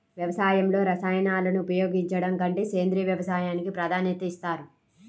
వ్యవసాయంలో రసాయనాలను ఉపయోగించడం కంటే సేంద్రియ వ్యవసాయానికి ప్రాధాన్యత ఇస్తారు